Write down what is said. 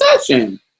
session